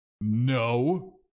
no